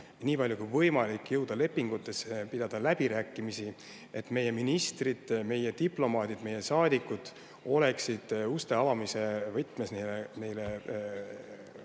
nii palju kui võimalik jõuda lepinguteni, pidada läbirääkimisi, nii et meie ministrid, meie diplomaadid, meie saadikud oleksid uste avamise võtmes neile kaaslasteks.